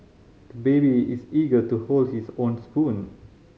the baby is eager to hold his own spoon